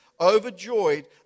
overjoyed